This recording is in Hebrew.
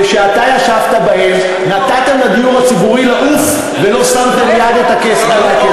ושאתה ישבת בהן נתתם לדיור הציבורי לעוף ולא שמתם מייד את הכסף.